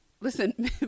Listen